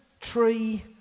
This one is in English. tree